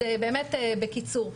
בקצרה,